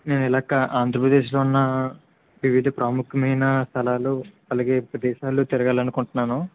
నేను ఇలాగ ఆంధ్రప్రదేశ్లో ఉన్న వివిధ ప్రాముఖ్యమైన స్థలాలు అలాగే ప్రదేశాలు తిరగాలి అనుకుంటున్నాను